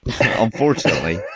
Unfortunately